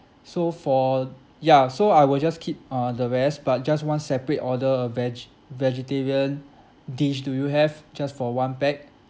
so for ya so I will just keep uh the rest but just one separate order a veg~ vegetarian dish do you have just for one pack